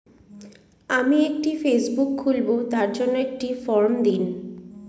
আমি একটি ফেসবুক খুলব তার জন্য একটি ফ্রম দিন?